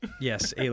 Yes